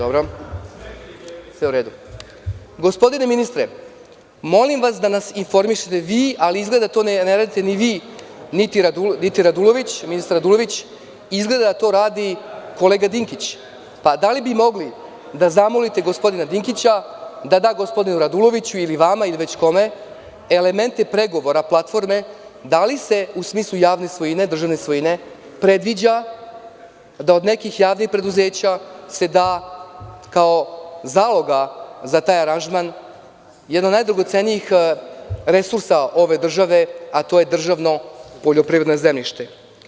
Gospodine ministre, molim vas da nas informišete vi, ali izgleda da to ne radite, niti ministar Radulović, izgleda da to radi kolega Dinkić, da li biste mogli da zamolite gospodina Dinkića da da gospodinu Raduloviću, ili vama ili već kome elemente pregovora platforme da li se u smislu javne, državne svojine predviđa da od nekih javnih preduzeća se da kao zalog za taj aranžman jedan od najdragocenijih resursa ove države, a to je državno poljoprivredno zemljište?